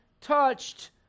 touched